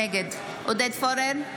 נגד עודד פורר,